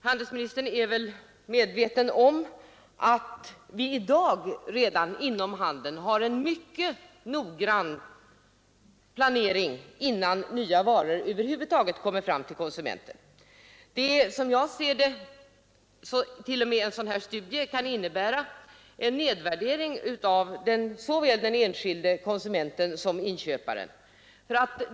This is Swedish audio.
Handelsministern är väl medveten om att vi inom handeln redan i dag har en mycket noggrann planering innan nya varor över huvud taget kommer fram till konsumenten. Som jag ser det innebär en studie av aviserat slag en nedvärdering av såväl den enskilde konsumenten som inköparen.